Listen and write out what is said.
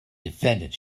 defendant